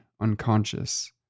unconscious